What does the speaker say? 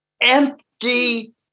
empty